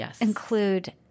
include